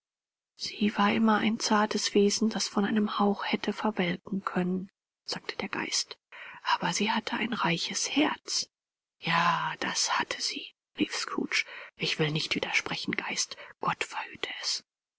sie war immer ein zartes wesen das von einem hauch hätte verwelken können sagte der geist aber sie hatte ein reiches herz ja das hatte sie rief scrooge ich will nicht widersprechen geist gott verhüte es